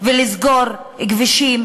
ולסגור כבישים